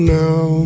now